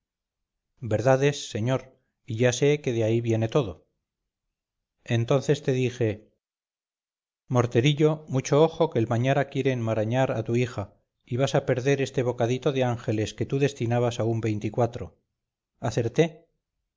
es señor y ya sé que de ahí viene todo entonces te dije morterillo mucho ojo que el mañara quiere enmarañar a tu hija y vas a perder este bocadito de ángeles que tú destinabas a un veinticuatro acerté